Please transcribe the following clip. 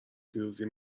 پیروزی